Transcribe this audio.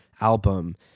album